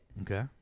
okay